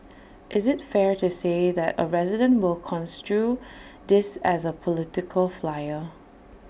is IT fair to say that A resident will construe this as A political flyer